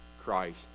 Christ